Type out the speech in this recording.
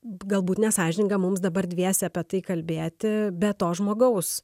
galbūt nesąžininga mums dabar dviese apie tai kalbėti be to žmogaus